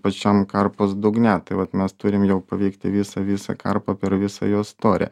pačiam karpos dugne tai vat mes turim jau paveikti visą visą karpą per visą jos storį